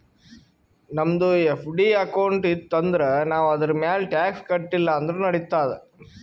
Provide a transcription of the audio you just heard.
ನಮ್ದು FD account ಇತ್ತು ಅಂದುರ್ ನಾವ್ ಅದುರ್ಮ್ಯಾಲ್ ಟ್ಯಾಕ್ಸ್ ಕಟ್ಟಿಲ ಅಂದುರ್ ನಡಿತ್ತಾದ್